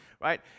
right